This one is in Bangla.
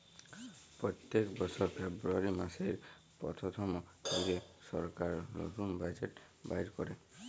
প্যত্তেক বসর ফেব্রুয়ারি মাসের পথ্থম দিলে সরকার লতুল বাজেট বাইর ক্যরে